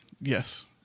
Yes